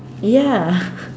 ya